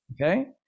Okay